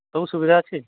ସବୁ ସୁବିଧା ଅଛି